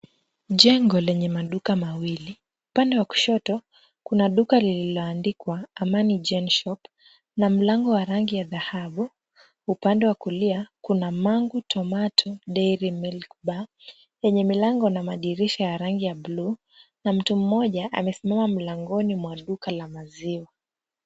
Jengo lenye maduka mawili, upande wa kushoto kuna duka lililoandikwa Amani Gen Shop na mlango wa rangi ya dhahabu, upande wa kulia kuna Mang'u tomato Dairy Milk Bar , yenye milango na madirisha ya rangi ya bluu na mtu mmoja amesimama mlangoni mwa duka la maziwa.